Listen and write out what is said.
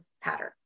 pattern